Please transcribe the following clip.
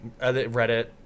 Reddit